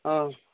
ହଁ